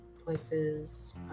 places